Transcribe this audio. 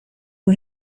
who